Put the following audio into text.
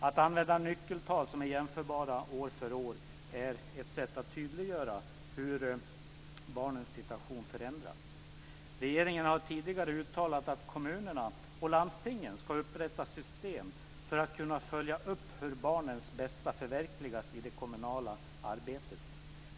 Att använda nyckeltal som är jämförbara år för år är ett sätt att tydliggöra hur barnens situation förändras. Regeringen har tidigare uttalat att kommunerna och landstingen ska upprätta system för att kunna följa upp hur barnens bästa förverkligas i det kommunala arbetet.